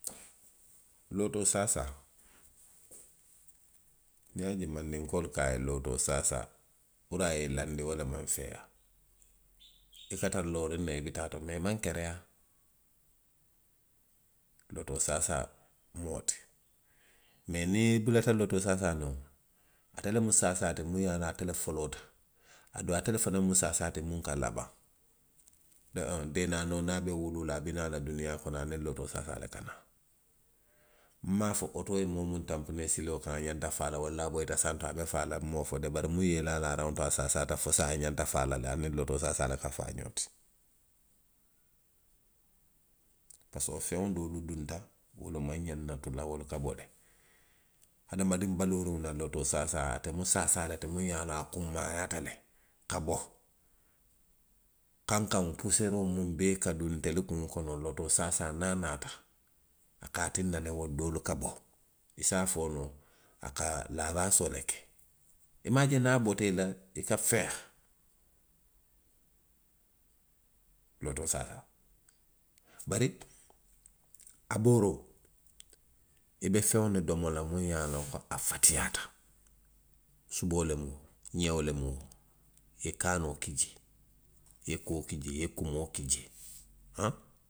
Lootoo saasaa. niŋ i ye a je mandinkoolu ko a ye lootoo saasaa, puru a ye i laandi wo le maŋ feeyaa. i ka tara looriŋ ne i bi taa to, mee i maŋ kereyaa. lootoo saasaa mu wo le ti. mee niŋ i bulata lootoo saasaa nooma, ate lemu saasaa ti muŋ ye a loŋ ate foloota. aduŋ ate le fanaŋ mu saasaa ti muŋ ka labaŋ. Do ow, deenaanoo niŋ a be wuluu la, i bi naa la duniyaa kono, aniŋ lootoo saasaa le ka naa. maŋ a fo otoo ye moo muŋ tanponee siloo kaŋ, a xanta faa la walla a boyita santo a be faa la nmaŋ wo fo de, bari muŋ ye i laa laaraŋo to a saasaata fo saayiŋ i ňanta faa la le, aniŋ lootoo saasaa le ka faa ňoŋ ti. Parisiko feŋo doolu dunta, wolu maŋ ňaŋ na tu la, wolu ka bo le. hadamadiŋ baluuriŋo na lootoo saasaa, ate mu saasaa le ti muŋ ye a loŋ a kunmaayaata le ka bo. Kankaŋo, puseeroo muŋ bee ka duŋ ntelu kuŋo kono, lootoo saasaa niŋ a naata, a ka a tinna wo doolu ka bo. i se a fo noo a ka laawaasoo le ke. I maŋ a je niŋ a bota i la, i ka feexi. Lootoo saasaa, bari. a booroo. i be feŋo le domo la muŋ ye a loŋ ko a fatiyaata, suboo lemu woo, ňeo lemu woo, i ye kaanoo ki jee, i ye koo ki jee. i ye kumoo ki jee, aŋ.